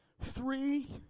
Three